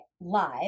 live